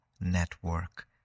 network